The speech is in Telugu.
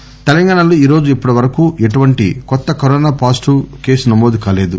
కోవిడ్ తెలంగాణాలో ఈరోజు ఇప్పటి వరకు ఎటువంటి కొత్త కరోనా పాజిటీవ్ కేసులు నమోదు కాలేదు